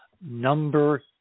number